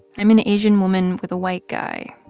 i'm an asian woman with a white guy,